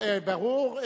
ברור,